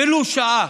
ולו שעה